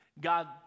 God